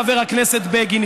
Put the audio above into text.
חבר הכנסת בגין,